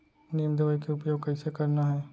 नीम दवई के उपयोग कइसे करना है?